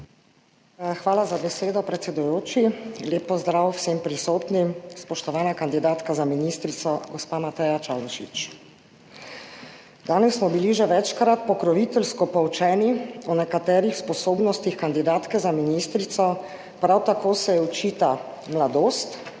Hvala za besedo, predsedujoči! Lep pozdrav vsem prisotnim. Spoštovana kandidatka za ministrico, gospa Mateja Čalušić! Danes smo bili že večkrat pokroviteljsko poučeni o nekaterih sposobnostih kandidatke za ministric, prav tako se ji očita mladost,